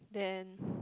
then